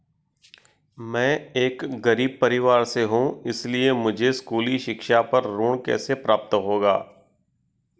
मैं एक गरीब परिवार से हूं इसलिए मुझे स्कूली शिक्षा पर ऋण कैसे प्राप्त होगा?